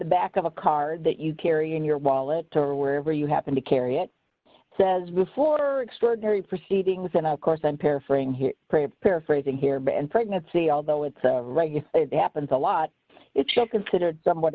the back of a card that you carry in your wallet or wherever you happen to carry it says before extraordinary proceedings and of course i'm paraphrasing here paraphrasing here but and pregnancy although it's a happens a lot it's still considered somewhat